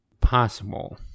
possible